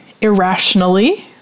irrationally